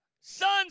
sons